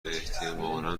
احتمالا